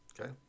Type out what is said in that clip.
Okay